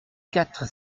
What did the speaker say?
quatre